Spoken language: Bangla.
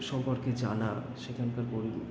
সম্পর্কে জানা সেখানকার পরি